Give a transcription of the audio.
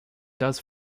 does